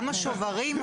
גם השוברים,